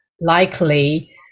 likely